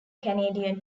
canadian